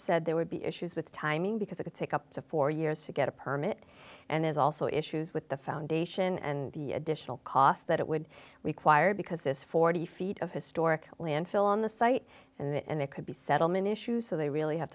said there would be issues with timing because it could take up to four years to get a permit and there's also issues with the foundation and the additional cost that it would require because this forty feet of historic landfill on the site and there could be settlement issue so they really have